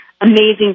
amazing